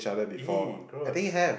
!ee! gross